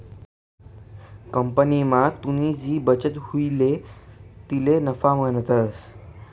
कंपनीमा तुनी जी बचत हुई तिले नफा म्हणतंस